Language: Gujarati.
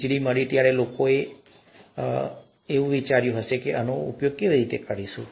વીજળી મળી ત્યારે લોકોએ કહ્યું કે આ બધું સારું છે પણ શું ખરેખર ઉપયોગી થશે